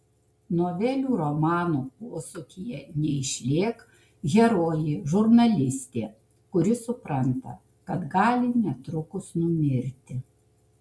novelių romano posūkyje neišlėk herojė žurnalistė kuri supranta kad gali netrukus numirti